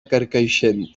carcaixent